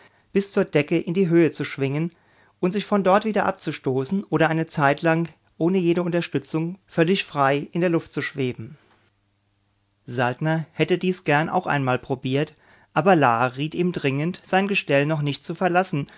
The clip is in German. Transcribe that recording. bis zur decke in die höhe zu schwingen und sich von dort wieder abzustoßen oder eine zeitlang ohne jede unterstützung völlig frei in der luft zu schweben saltner hätte dies gern auch einmal probiert aber la riet ihm dringend sein gestell noch nicht zu verlassen